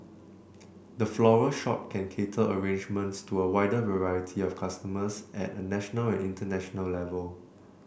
the floral shop can cater arrangements to a wider variety of customers at a national and international level